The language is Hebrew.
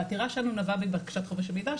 והעתירה שלנו נבעה מבקשת חופש המידע,